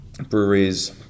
Breweries